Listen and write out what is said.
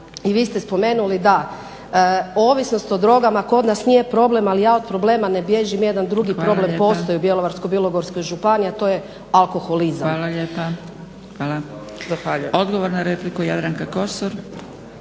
i vi ste spomenuli da ovisnost o drogama kod nas nije problem ali ja od problema ne bježim jedan drugi problem postoji u Bjelovarsko-bilogorskoj županiji, a to je alkoholizama. Zahvaljujem. **Zgrebec, Dragica (SDP)** Hvala. Odgovor na repliku Jadranka Kosor.